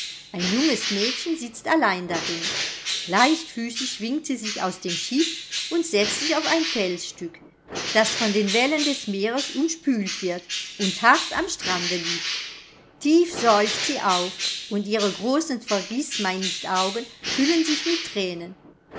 ein junges mädchen sitzt allein darin leichtfüßig schwingt sie sich aus dem schiff und setzt sich auf ein felsstück das von den wellen des meeres umspült wird und hart am strande liegt tief seufzt sie auf und ihre großen vergißmeinnichtaugen füllen sich mit thränen